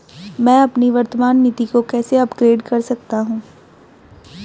मैं अपनी वर्तमान नीति को कैसे अपग्रेड कर सकता हूँ?